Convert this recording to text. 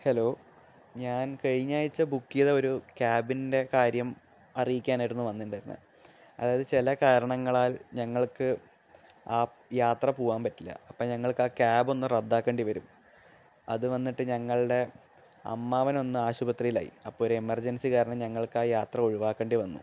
hello ഞാൻ കഴിഞ്ഞ ആഴ്ച ബുക്ക് ചെയ്ത ഒരു ക്യാബിന്റെ കാര്യം അറിയിക്കാനായിരുന്നു വന്നിട്ടുണ്ടായിരുന്നത് അതായത് ചില കാരണങ്ങളാൽ ഞങ്ങൾക്ക് ആ യാത്ര പോവാൻ പറ്റില്ല അപ്പം ഞങ്ങൾക്ക് ആ ക്യാബ് ഒന്ന് റദ്ദാക്കേണ്ടി വരും അത് വന്നിട്ട് ഞങ്ങളുടെ അമ്മാവൻ ഒന്ന് ആശുപത്രിയിലായി അപ്പോളൊരു എമർജൻസി കാരണം ഞങ്ങൾക്കാ യാത്ര ഒഴിവാക്കേണ്ടി വന്നു